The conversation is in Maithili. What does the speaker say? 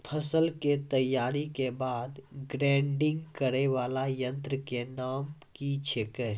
फसल के तैयारी के बाद ग्रेडिंग करै वाला यंत्र के नाम की छेकै?